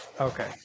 Okay